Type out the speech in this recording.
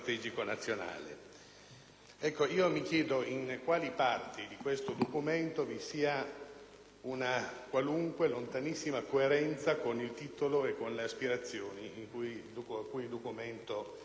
Mi chiedo in quali parti di questo provvedimento vi sia una qualunque lontanissima coerenza con il titolo e con le aspirazioni a cui esso vuole tendere.